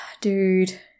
dude